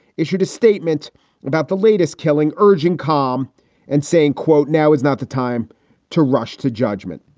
issued a statement about the latest killing, urging calm and saying, quote, now is not the time to rush to judgment.